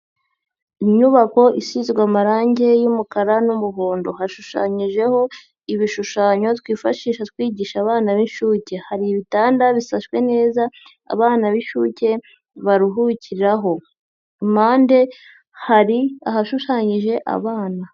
Inyubako isizwe amarange y'umukara n'umuhondo, hashushanyijeho ibishushanyo twifashisha twigisha abana b'inshuke, hari ibitanda bisashwe neza abana b'inshuke baruhukiraho, impande hari ahashushanyije abana.